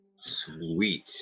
Sweet